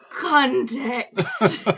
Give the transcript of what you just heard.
context